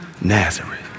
Nazareth